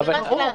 ברור.